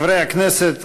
חברי הכנסת,